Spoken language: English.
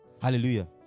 Hallelujah